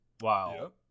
wow